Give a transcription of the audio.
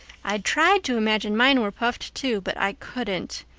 i tried to imagine mine were puffed, too, but i couldn't.